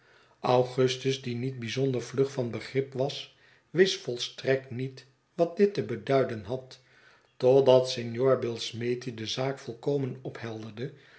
augustus die niet bijzonder vlug van begrip was wist volstrekt niet wat dit te beduiden had totdat signor billsmethi de zaak volkomen ophelderde